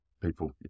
people